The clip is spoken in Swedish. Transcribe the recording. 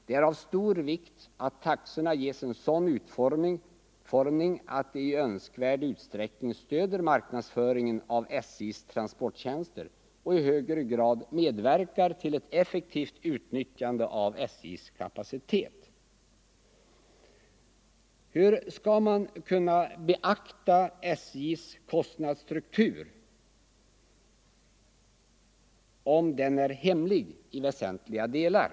Det är av stor vikt, att taxorna ges en sådan utformning att de i 26 november 1974 önskvärd utsträckning stöder marknadsföringen av SJ:s transporttjänster och i högre grad medverkar till ett effektivt utnyttjande av SJ:s kapacitet.” — Ang. inskränkning Hur skall man kunna beakta SJ:s kostnadsstruktur, om den är hemlig — ari SJ:s verksamhet i viktiga delar?